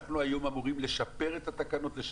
אנחנו אמורים לשפר היום את התקנות?